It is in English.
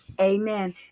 Amen